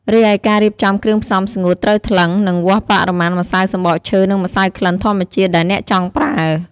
រីឯការរៀបចំគ្រឿងផ្សំស្ងួត ត្រូវថ្លឹង និងវាស់បរិមាណម្សៅសំបកឈើនិងម្សៅក្លិនធម្មជាតិដែលអ្នកចង់ប្រើ។